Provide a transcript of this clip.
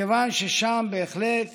מכיוון ששם בהחלט